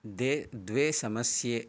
दे द्वे समस्ये